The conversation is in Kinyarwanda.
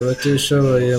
abatishoboye